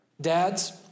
Dads